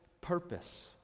purpose